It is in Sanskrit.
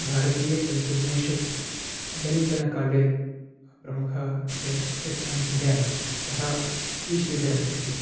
भारतीयतन्त्रज्ञेषु इदानीन्तनकाले प्रमुखः इति यः यत् अहं चिन्तयामि सः इ श्रीधरन् इति